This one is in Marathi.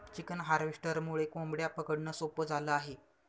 चिकन हार्वेस्टरमुळे कोंबड्या पकडणं सोपं झालं आहे